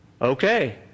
Okay